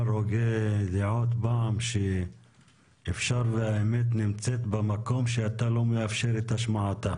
אמר הוגה דעות פעם שאפשר והאמת נמצאת במקום שאתה לא מאפשר את השמעתה.